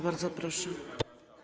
Bardzo proszę.